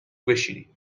بشینیم